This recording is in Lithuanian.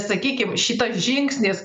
sakykim šitas žingsnis